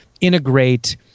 integrate